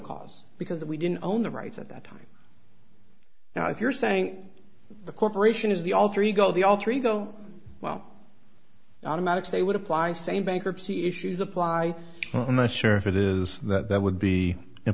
cause because we didn't own the rights at that time now if you're saying the corporation is the alter ego the alter ego well automatics they would apply same bankruptcy issues apply i'm not sure if it is that would be i